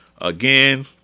again